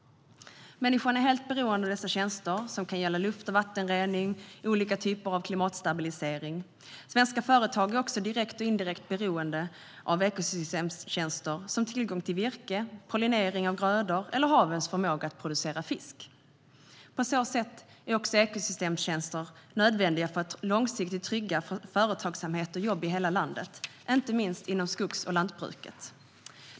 Människan är helt beroende av dessa tjänster som kan gälla luft och vattenrening och olika typer av klimatstabilisering. Svenska företag är också direkt och indirekt beroende av ekosystemstjänster, till exempel tillgång till virke, pollinering av grödor eller havens förmåga att producera fisk. På så sätt är också ekosystemtjänster nödvändiga för att långsiktigt trygga företagsamhet och jobb i hela landet, inte minst inom skogs och lantbruket.